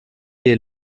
hier